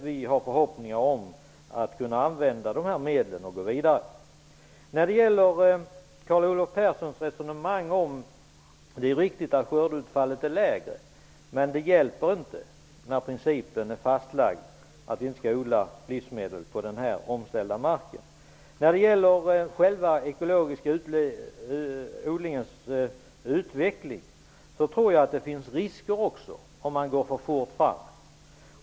Vi har förhoppningar om att kunna använda dessa medel för att gå vidare. Carl Olov Perssons resonemang om att skördeutfallet är lägre är riktigt, men det hjälper inte när principen är fastlagd, att vi inte skall odla livsmedel på den omställda marken. När det gäller själva den ekologiska odlingens utveckling tror jag att det också finns risker om man går för fort fram.